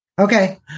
Okay